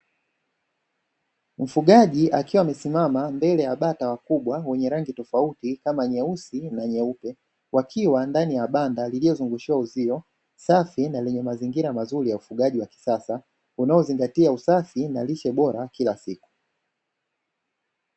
Mfugaji akiwa amesimama mbele ya bata wakubwa, wenye rangi tofauti kama nyeupe na nyeusi wakiwa ndani ya banda lililo zungushiwa uzio, safi na lenye mazingira mazuri ya ufugaji wa kisasa unao zingatia usafi na lishe bora kila siku.